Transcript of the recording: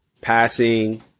passing